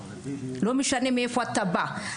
ולא משנה מאיפה אתה בא.